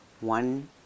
One